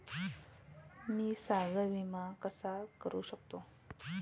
मी सागरी विमा कसा करू शकतो?